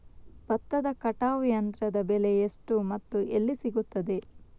ಭತ್ತದ ಕಟಾವು ಯಂತ್ರದ ಬೆಲೆ ಎಷ್ಟು ಮತ್ತು ಎಲ್ಲಿ ಸಿಗುತ್ತದೆ?